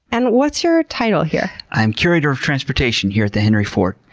and what's your title here? i'm curator of transportation here at the henry ford.